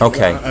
Okay